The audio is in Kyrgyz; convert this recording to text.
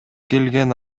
келген